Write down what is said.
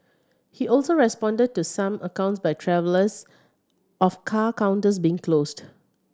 he also responded to some accounts by travellers of car counters being closed